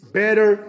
better